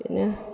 बेनो